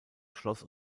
schloss